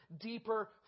deeper